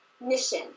mission